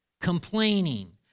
complaining